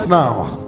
now